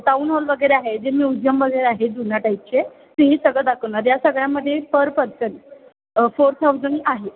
town hall वगैरे आहे जे म्युझियम वगैरे आहे जुन्या टाईपचे तेही सगळं दाखवणार या सगळ्यामध्ये पर पर्सन फोर थाऊजंड आहे